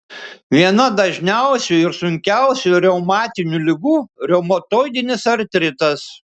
viena dažniausių ir sunkiausių reumatinių ligų reumatoidinis artritas